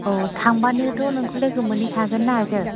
औ थांबानोथ' नोंखौ लोगो मोनहैखागोन ना जों